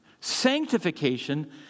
Sanctification